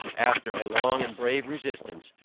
after a long and brave resistance,